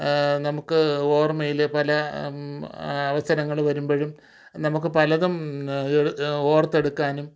നമുക്ക് ഓർമയിൽ പല അവസരങ്ങൾ വരുമ്പോഴും നമുക്ക് പലതും ഓർത്തെടുക്കാനും